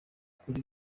kuri